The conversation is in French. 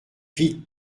vite